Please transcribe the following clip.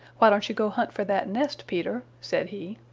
why don't you go hunt for that nest, peter? said he.